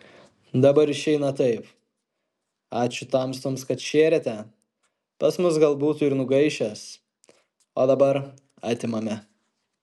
dabar išeina taip ačiū tamstoms kad šėrėte pas mus gal būtų ir nugaišęs o dabar atimame